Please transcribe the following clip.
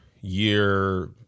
year